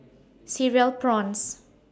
Cereal Prawns